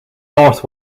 north